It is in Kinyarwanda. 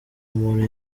umuntu